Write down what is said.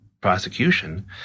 prosecution